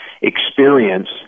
experience